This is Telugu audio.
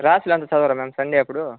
రాశులంతా చదవరా మ్యామ్ సండే అప్పుడు